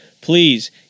please